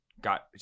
got